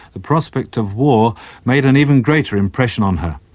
the prospect of war made an even greater impression on her.